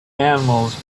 animals